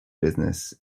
business